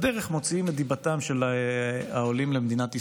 בדרך מוציאים את דיבתם של העולים למדינת ישראל.